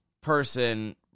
person